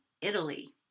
Italy